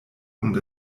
und